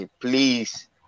please